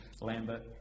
Lambert